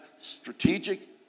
Strategic